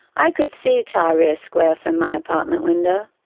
i could see tahrir square from my apartment window.